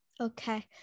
Okay